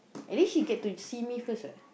at least she get to see me first what